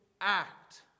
act